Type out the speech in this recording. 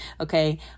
Okay